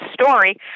story